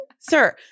Sir